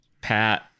Pat